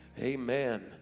Amen